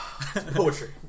Poetry